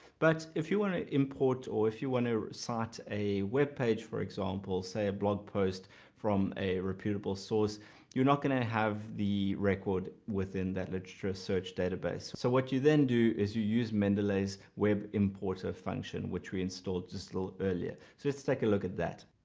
but if you want to import or if you want to cite a webpage, for example say a blog post from a reputable source you're not gonna have the record within that literature search database. so what you then do is you use mendeley's web importer function which we installed this little earlier. so let's take a look at that.